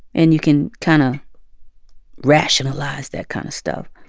and you can kind of rationalize that kind of stuff.